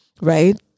right